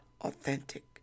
authentic